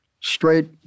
straight